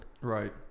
Right